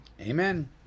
Amen